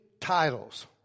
titles